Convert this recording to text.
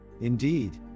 Indeed